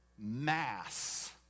Mass